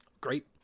Great